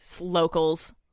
locals